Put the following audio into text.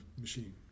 machine